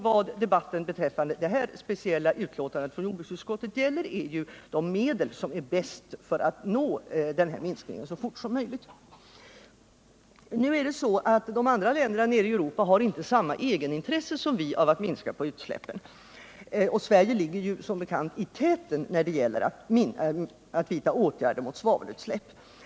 Vad debatten om detta speciella betänkande från jordbruksutskottet gäller är vilka medel som är bäst för att nå en sådan minskning så fort som möjligt. Nu är det så att de andra länderna nere i Europa inte har samma egenintresse som vi av att minska på utsläppen. Sverige ligger som bekant i täten när det gäller att vidta åtgärder mot svavelutsläpp.